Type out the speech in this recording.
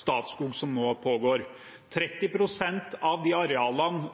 Statskog som nå pågår: For det første: 30 pst. av de arealene